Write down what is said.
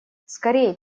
скорей